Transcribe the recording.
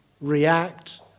react